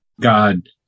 God